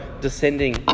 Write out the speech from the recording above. descending